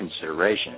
consideration